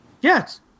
Yes